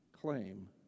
claim